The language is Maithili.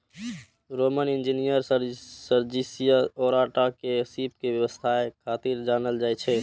रोमन इंजीनियर सर्जियस ओराटा के सीप के व्यवसाय खातिर जानल जाइ छै